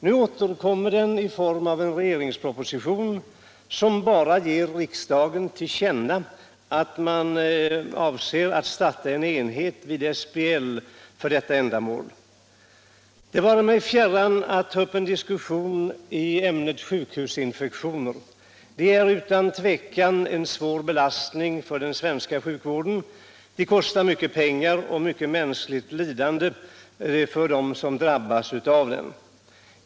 Nu återkommer den i form av en regeringsproposition, som bara ger riksdagen till känna att regeringen avser att starta en enhet vid SBL för detta ändamål. Det vare mig fjärran att ta upp en diskussion i ämnet sjukhusinfektioner. De är utan tvivel en svår belastning för den svenska sjukvården. De kostar mycket pengar och mycket mänskligt lidande för dem som drabbas av dem.